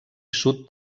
sud